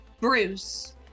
Bruce